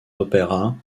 opéras